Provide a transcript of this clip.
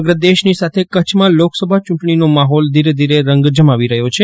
સમગ્ર દેશની સાથે કચ્છમાં લોકસભા ચૂંટણીનો માહોલ ધીરે ધીરે રંગ જમાવી રહ્યો છે